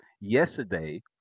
Yesterday